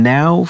Now